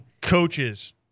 coaches